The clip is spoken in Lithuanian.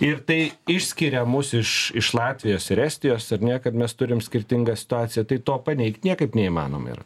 ir tai išskiria mus iš iš latvijos ir estijos ar ne kad mes turim skirtingą situaciją tai to paneigt niekaip neįmanoma yra